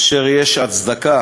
אשר יש הצדקה